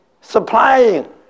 supplying